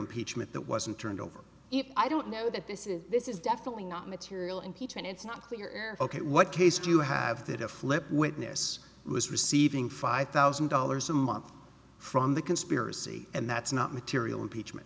impeachment that wasn't turned over i don't know that this is this is definitely not material impeachment it's not clear ok what case do you have that a flip witness was receiving five thousand dollars a month from the conspiracy and that's not material impeachment